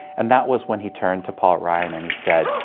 and that was when he turned to paul ryan and he said,